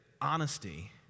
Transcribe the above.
honesty